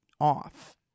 off